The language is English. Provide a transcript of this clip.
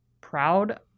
proud